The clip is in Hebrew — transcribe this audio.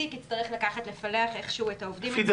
המעסיק יצטרך לפלח איכשהו את העובדים ולעשות חלוקה.